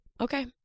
Okay